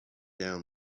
down